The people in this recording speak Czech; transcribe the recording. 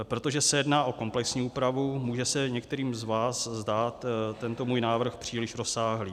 Protože se jedná o komplexní úpravu, může se některým z vás zdát tento můj návrh příliš rozsáhlý.